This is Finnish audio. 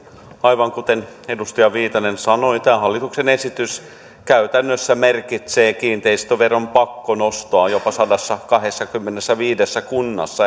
aivan kuten edustaja viitanen sanoi tämä hallituksen esitys käytännössä merkitsee kiinteistöveron pakkonostoa jopa sadassakahdessakymmenessäviidessä kunnassa